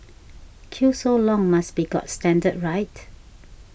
queue so long must be got standard right